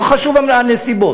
לא חשוב הנסיבות,